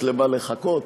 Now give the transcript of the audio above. יש למה לחכות.